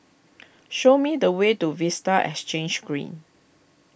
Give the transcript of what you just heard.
show me the way to Vista Exhange Green